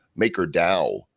MakerDAO